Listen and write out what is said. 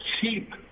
cheap